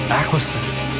acquiescence